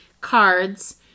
cards